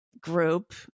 group